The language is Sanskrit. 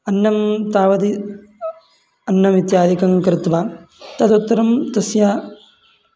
अन्नं तावद् अन्नमित्यादिकं कृत्वा तदुत्तरं तस्य